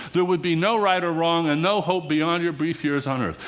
there would be no right or wrong and no hope beyond your brief years on earth.